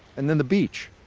and then the beach.